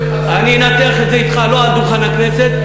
לא על דוכן הכנסת.